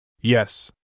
Yes